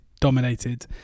dominated